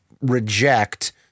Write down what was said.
reject